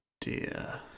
dear